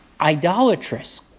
idolatrous